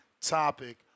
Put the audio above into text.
topic